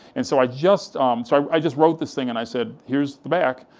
and so i just so i just wrote this thing, and i said, here's the back,